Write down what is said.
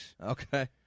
Okay